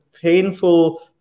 painful